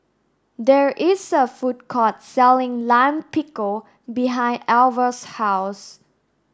there is a food court selling Lime Pickle behind Alvah's house